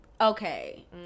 Okay